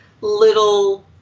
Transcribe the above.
little